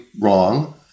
wrong